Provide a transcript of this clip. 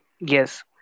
yes